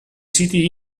siti